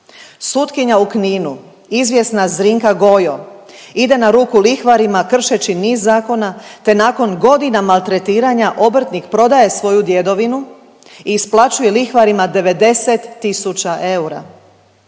Sutkinja u Kninu izvjesna Zrinka Gojo ide na ruku lihvarima kršeći niz zakona te nakon godina maltretiranja obrtnik prodaje svoju djedovinu i isplaćuje lihvarima 90 tisuća eura.